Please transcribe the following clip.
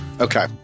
Okay